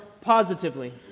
positively